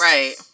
Right